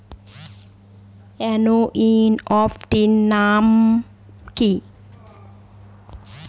NEFT মানে কি?